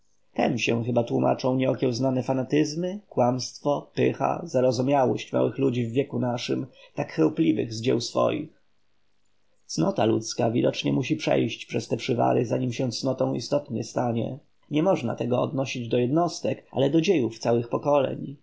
się chyba tłómaczą nieokiełznane fanatyzmy kłamstwo pycha zarozumiałość małych ludzi w wieku naszym tak chełpliwym z dzieł swoich cnota ludzka widocznie musi przejść przez te przywary zanim się istotną cnotą stanie nie można tego odnosić do jednostek ale do dziejów całych pokoleń